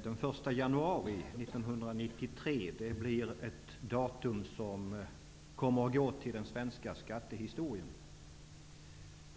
Herr talman! Den 1 januari 1993 är ett datum som kommer att gå till den svenska skattehistorien.